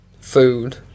food